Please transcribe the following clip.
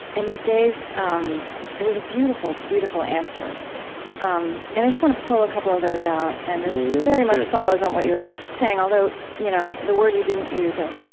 and you gave um it was a beautiful, beautiful answer um and i just want to pull a couple of those out, and this very much follows on what you were just saying, although you know the word you didn't use ah